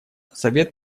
совет